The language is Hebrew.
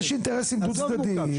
יש אינטרסים דו צדדיים.